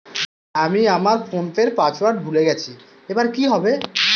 আমি আমার ফোনপের পাসওয়ার্ড ভুলে গেছি এবার কি হবে?